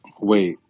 Wait